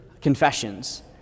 Confessions